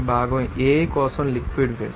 భాగం A కోసం liquid phase